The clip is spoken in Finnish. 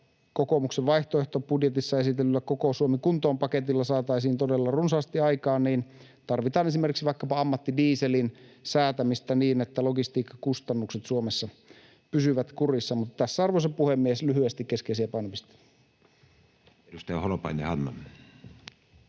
kokoomuksen vaihtoehtobudjetissa esitetyllä Koko Suomi kuntoon ‑paketilla saataisiin todella runsaasti aikaan, ja sitä varten tarvitaan esimerkiksi vaikkapa ammattidieselin säätämistä niin, että logistiikkakustannukset Suomessa pysyvät kurissa. Tässä, arvoisa puhemies, lyhyesti keskeisiä painopisteitä. [Speech 455] Speaker: